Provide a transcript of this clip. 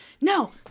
no